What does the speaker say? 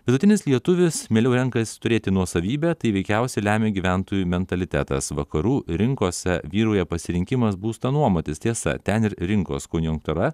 vidutinis lietuvis mieliau renkasi turėti nuosavybę tai veikiausiai lemia gyventojų mentalitetas vakarų rinkose vyrauja pasirinkimas būstą nuomotis tiesa ten ir rinkos konjunktūra